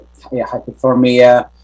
hypothermia